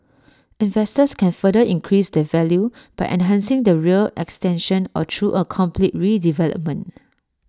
investors can further increase their value by enhancing the rear extension or through A complete redevelopment